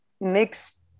mixed